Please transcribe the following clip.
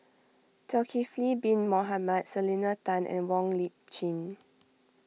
Zulkifli Bin Mohamed Selena Tan and Wong Lip Chin